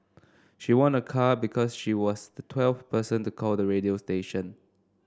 she won a car because she was the twelfth person to call the radio station